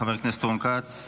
חבר הכנסת רון כץ.